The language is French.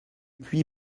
puits